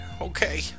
okay